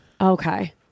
Okay